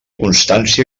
constància